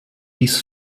dies